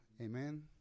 Amen